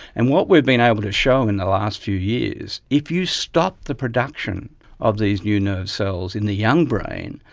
and what we've been able to show in the last few years, if you stop the production of these new nerve cells in the young brain,